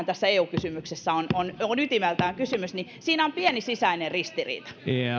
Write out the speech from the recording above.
tässä eu kysymyksessä on ytimeltään kyse siinä on pieni sisäinen ristiriita